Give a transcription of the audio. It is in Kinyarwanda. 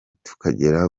tukagera